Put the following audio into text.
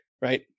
right